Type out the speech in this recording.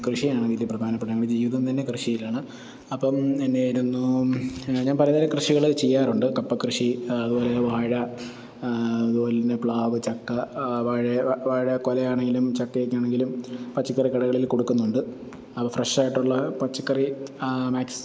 കൃഷിയാണ് വീട്ടിലെ പ്രാധാനപ്പെട്ട ഞങ്ങളുടെ ജീവിതം തന്നെ കൃഷിയിലാണ് അപ്പവും എൻ്റെ കയ്യിലൊന്നും ഞാൻ പല പല കൃഷികൾ ചെയ്യാറുണ്ട് കപ്പക്കൃഷി അതു പോലെ വാഴ അതു പോലെ തന്നെ പ്ലാവ് ചക്ക വാഴ വാഴക്കൊലയാണെങ്കിലും ചക്കയൊക്കെ ആണെങ്കിലും പച്ചക്കറി കടകളിൽ കൊടുക്കുന്നുണ്ട് അവ ഫ്രഷായിട്ടുള്ളവ പച്ചക്കറി മാക്സ്